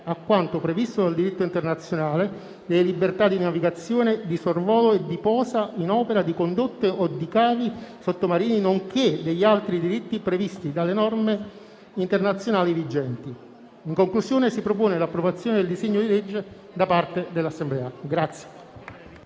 a quanto previsto dal diritto internazionale, delle libertà di navigazione, di sorvolo e di posa in opera di condotte o di cavi sottomarini, nonché degli altri diritti previsti dalle norme internazionali vigenti. In conclusione, si propone l'approvazione del disegno di legge da parte dell'Assemblea.